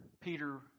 Peter